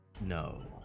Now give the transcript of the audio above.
No